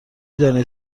دانید